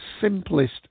simplest